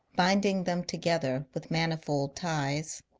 binding them together with manifold ties.